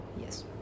yes